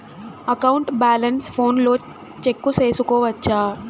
account balance ఫోనులో check సేసుకోవచ్చా